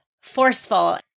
forceful